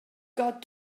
got